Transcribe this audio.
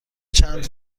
چند